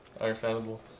Understandable